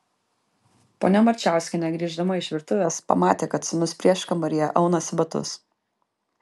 ponia marčiauskienė grįždama iš virtuvės pamatė kad sūnus prieškambaryje aunasi batus